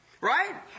right